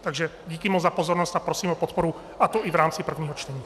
Takže díky moc za pozornost a prosím o podporu, a to i v rámci prvního čtení.